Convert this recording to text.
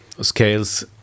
scales